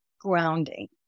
grounding